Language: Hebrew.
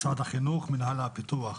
משרד החינוך, מנהל הפיתוח,